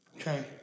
Okay